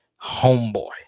homeboy